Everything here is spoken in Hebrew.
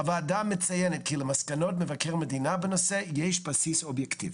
הוועדה מציינת כי למסקנות מבקר המדינה בנושא יש בסיס אובייקטיבי.